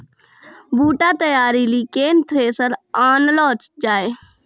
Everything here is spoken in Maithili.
बूटा तैयारी ली केन थ्रेसर आनलऽ जाए?